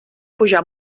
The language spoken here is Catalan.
pujar